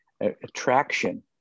attraction